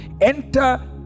enter